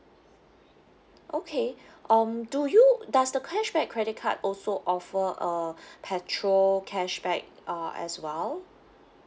okay um do you does the cashback credit card also offer uh petrol cashback uh as well